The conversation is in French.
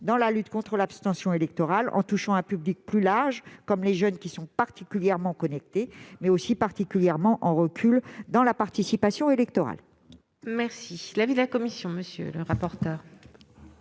dans la lutte contre l'abstention électorale en touchant un public plus large comme les jeunes, qui sont particulièrement connectés, mais aussi particulièrement en recul dans la participation électorale. Quel est l'avis de la commission ? Cet